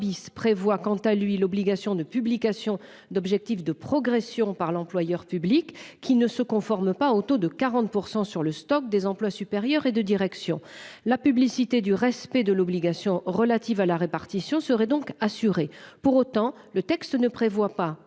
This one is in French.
prévoit quant à lui l'obligation de publication d'objectifs de progression par l'employeur public qui ne se conforment pas au taux de 40% sur le stock des emplois supérieurs et de direction la publicité du respect de l'obligation relative à la répartition serait donc assuré pour autant. Le texte ne prévoit pas